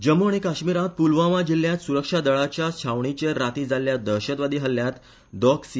जम्मू आनी काश्मीरांत पुलवामा जिल्यांत सुरक्षा दळाच्या छावणीचेर रातीं जाल्ल्या दहशतवादी हल्ल्यांत दोग सि